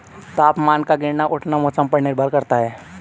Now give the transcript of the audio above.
तापमान का गिरना उठना मौसम पर निर्भर करता है